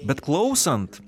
bet klausant